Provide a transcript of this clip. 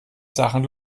sachen